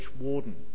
warden